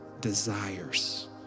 desires